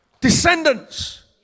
Descendants